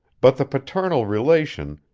but the paternal relation,